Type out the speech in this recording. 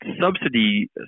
subsidy